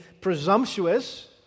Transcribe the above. presumptuous